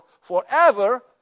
forever